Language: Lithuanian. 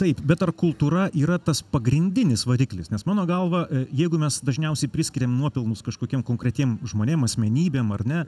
taip bet ar kultūra yra tas pagrindinis variklis nes mano galva jeigu mes dažniausiai priskiriam nuopelnus kažkokiem konkretiem žmonėm asmenybėm ar ne